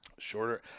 shorter